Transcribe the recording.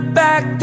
back